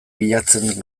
bilatzen